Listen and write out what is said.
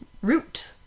root